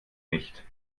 nicht